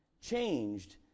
changed